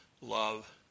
love